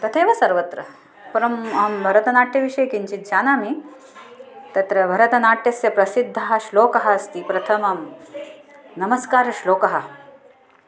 तथैव सर्वत्र परम् अहं भरतनाट्यविषये किञ्चित् जानामि तत्र भरतनाट्यस्य प्रसिद्धः श्लोकः अस्ति प्रथमं नमस्कारश्लोकः